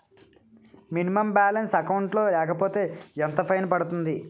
Minimum balance account లో లేకపోతే ఎంత ఫైన్ పడుతుంది?